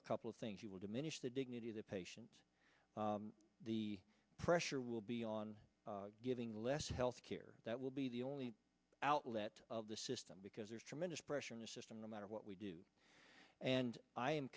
a couple of things you will diminish the dignity of the patient the pressure will be on giving less health care that will be the only outlet of the system because there's tremendous pressure in the system no matter what we do and i am